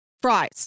Fries